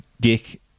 dick